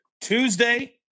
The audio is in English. Tuesday